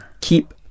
keep